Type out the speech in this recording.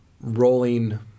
rolling